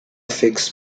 figs